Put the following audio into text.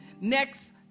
next